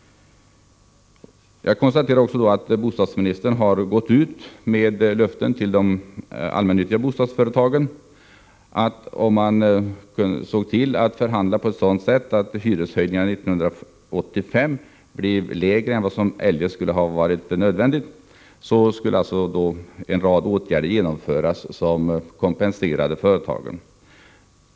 Jag konstaterar att bostadsministern har gått ut med löften till de allmännyttiga bostadsföretagen innebärande att om de såg till att förhandla på ett sådant sätt att hyreshöjningarna 1985 blir lägre än vad som eljest hade varit nödvändigt, skulle en rad åtgärder genomföras som kompenserade företagen.